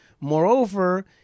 Moreover